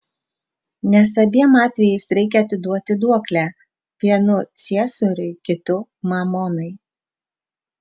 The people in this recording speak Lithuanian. nes abiem atvejais reikia atiduoti duoklę vienu ciesoriui kitu mamonai